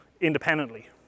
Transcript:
independently